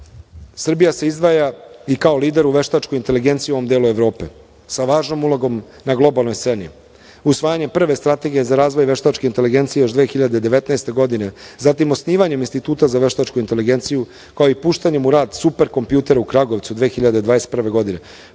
Srbija se izdvaja i kao lider u veštačkoj inteligenciji u ovom delu Evrope sa važnom ulogom na globalnoj sceni. Usvajanjem prve strategije za razvoj veštačke inteligencije još 2019. godine, zatim osnivanjem Instituta za veštačku inteligenciju, kao i puštanjem u rad „Super kompjutera“ u Kragujevcu 2021. godine,